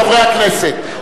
חברי הכנסת,